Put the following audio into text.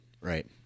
Right